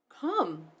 Come